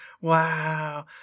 Wow